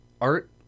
art